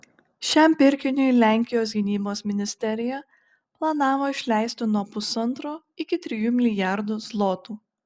šiam pirkiniui lenkijos gynybos ministerija planavo išleisti nuo pusantro iki trijų milijardų zlotų